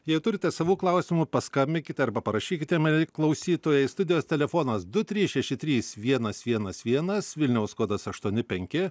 jei turite savų klausimų paskambinkite arba parašykite mielieji klausytojai studijos telefonas du trys šeši trys vienas vienas vienas vilniaus kodas aštuoni penki